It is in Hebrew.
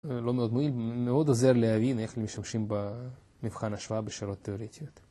מאוד עוזר להבין איך משתמשים במבחן השוואה בשאלות תאורטיות.